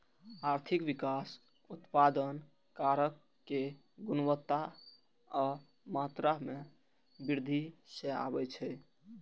आर्थिक विकास उत्पादन कारक के गुणवत्ता आ मात्रा मे वृद्धि सं आबै छै